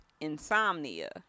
insomnia